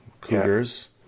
Cougars